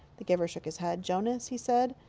the giver shook his head. jonas, he said,